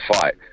fight